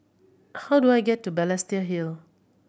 how do I get to Balestier Hill